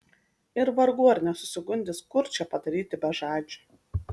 ir vargu ar nesusigundys kurčią padaryti bežadžiu